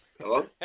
Hello